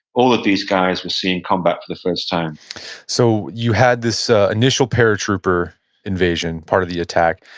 all of these guys were seeing combat for the first time so you had this initial paratrooper invasion part of the attack,